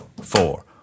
four